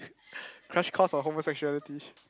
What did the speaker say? crash course on homosexuality